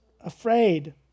afraid